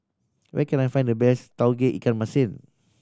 where can I find the best Tauge Ikan Masin